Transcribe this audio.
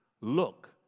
Look